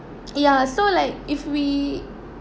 ya so like if we